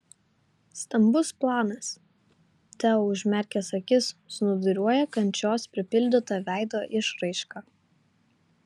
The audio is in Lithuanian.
stambus planas teo užmerkęs akis snūduriuoja kančios pripildyta veido išraiška